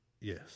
Yes